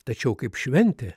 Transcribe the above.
tačiau kaip šventė